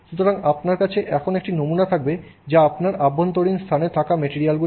সুতরাং আপনার কাছে এখন একটি নমুনা থাকবে যা আপনার অভ্যন্তরীণ স্থানে থাকা ম্যাটেরিয়ালগুলির মধ্যে রয়েছে